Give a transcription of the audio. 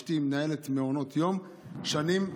אשתי מנהלת מעונות יום שנים,